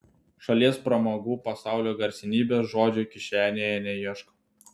šalies pramogų pasaulio garsenybės žodžio kišenėje neieško